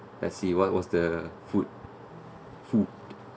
I see what was the food food